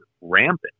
Rampant